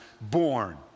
born